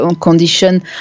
condition